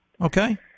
Okay